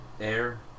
Air